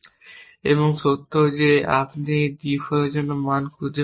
এবং সত্য যে আপনি d 4 এর জন্য মান খুঁজে পাচ্ছেন না